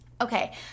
Okay